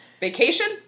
vacation